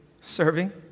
serving